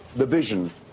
the vision,